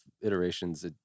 iterations